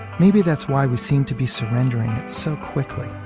maybe that's why we seem to be surrendering it so quickly.